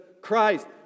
Christ